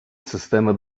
системи